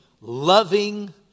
loving